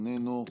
איננו,